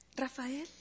Rafael